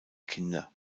kinder